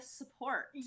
support